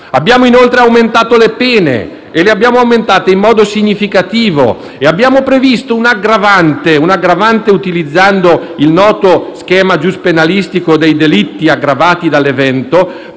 Abbiamo inoltre aumentato le pene in modo significativo e previsto un'aggravante, utilizzando il noto schema giuspenalistico dei delitti aggravati dall'evento,